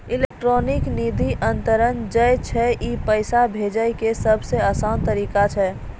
electronic निधि अन्तरन जे छै ई पैसा भेजै के सभ से असान तरिका छै